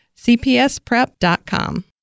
cpsprep.com